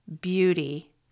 beauty